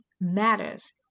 matters